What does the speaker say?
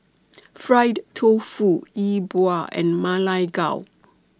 Fried Tofu E Bua and Ma Lai Gao